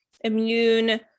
immune